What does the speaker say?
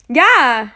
ya